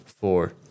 Four